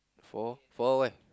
for for what